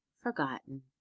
forgotten